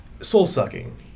soul-sucking